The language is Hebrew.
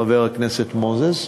חבר הכנסת מוזס.